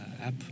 app